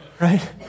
Right